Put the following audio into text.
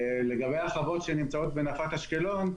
לגבי החוות שנמצאות בנפת אשקלון,